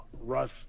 Russ